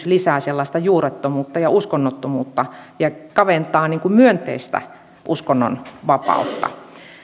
lisää sellaista juurettomuutta ja uskonnottomuutta ja kaventaa myönteistä uskonnonvapautta